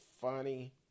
funny